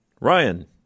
Ryan